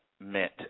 meant